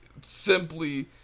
simply